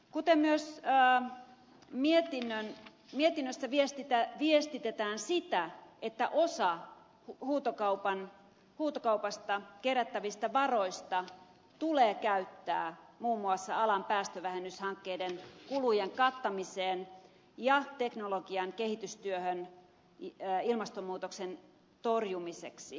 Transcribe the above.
kuten myös mietinnössä viestitetään osa huutokaupasta kerättävistä varoista tulee käyttää muun muassa alan päästövähennyshankkeiden kulujen kattamiseen ja teknologian kehitystyöhön ilmastonmuutoksen torjumiseksi